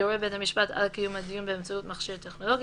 יורה בית המשפט על קיום הדיון באמצעות מכשיר טכנולוגי,